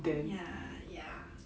ya ya